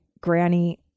granny